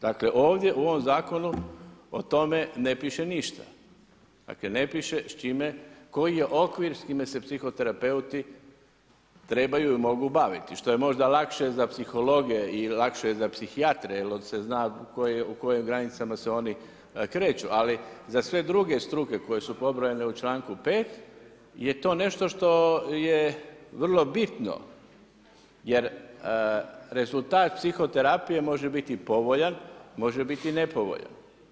Dakle ovdje u ovom zakonu o tome ne piše ništa, dakle ne piše s čime, koji je okvir s kime se psihoterapeuti trebaju i mogu baviti što je možda lakše za psihologe i lakše je za psihijatre jer se zna u kojim granicama se oni kreću ali za sve druge struke koje su pobrojane u članku 5. je to nešto što je vrlo bitno jer rezultat psihoterapije može biti povoljan, može biti i nepovoljan.